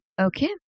okay